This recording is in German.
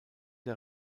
der